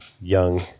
young